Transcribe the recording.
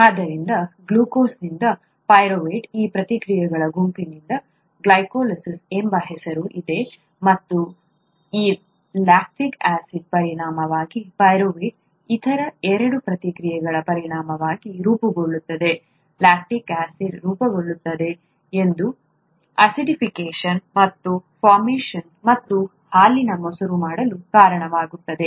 ಆದ್ದರಿಂದ ಗ್ಲೂಕೋಸ್ನಿಂದ ಪೈರುವೇಟ್ಗೆ ಈ ಪ್ರತಿಕ್ರಿಯೆಗಳ ಗುಂಪಿಗೆ ಗ್ಲೈಕೋಲಿಸಿಸ್ ಎಂಬ ಹೆಸರು ಇದೆ ಮತ್ತು ಈ ಲ್ಯಾಕ್ಟಿಕ್ ಆಸಿಡ್ ಪರಿಣಾಮವಾಗಿ ಪೈರುವೇಟ್ನಿಂದ ಇತರ ಎರಡು ಪ್ರತಿಕ್ರಿಯೆಗಳ ಪರಿಣಾಮವಾಗಿ ರೂಪುಗೊಳ್ಳುತ್ತದೆ ಲ್ಯಾಕ್ಟಿಕ್ ಆಸಿಡ್ ರೂಪುಗೊಳ್ಳುತ್ತದೆ ಇದು ಆಸಿಡ್ಫಿಕೇಶನ್ ಮತ್ತು ಫರ್ಮೇಶನ್ ಮತ್ತು ಹಾಲಿನ ಮೊಸರು ಮಾಡಲು ಕಾರಣವಾಗುತ್ತದೆ